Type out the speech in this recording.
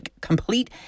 complete